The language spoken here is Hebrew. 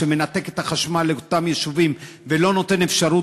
מתנתק החשמל לאותם יישובים ואין אפשרות